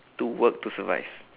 to work to survive